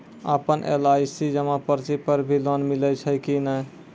आपन एल.आई.सी जमा पर्ची पर भी लोन मिलै छै कि नै?